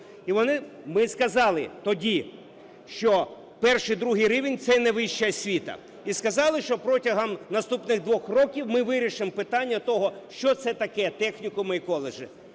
І ми сказали тоді, що І-ІІ рівень – це не вища освіта, і сказали, що протягом наступних двох років ми вирішимо питання того, що це таке: технікуми і коледжі.